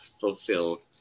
fulfill